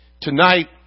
Tonight